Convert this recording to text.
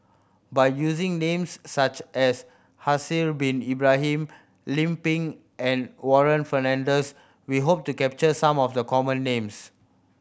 by using names such as Haslir Bin Ibrahim Lim Pin and Warren Fernandez we hope to capture some of the common names